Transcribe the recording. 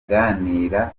aganira